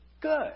good